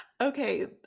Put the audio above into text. okay